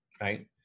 right